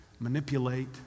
manipulate